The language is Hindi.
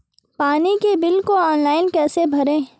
पानी के बिल को ऑनलाइन कैसे भरें?